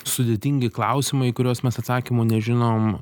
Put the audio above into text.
sudėtingi klausimai į kuriuos mes atsakymų nežinom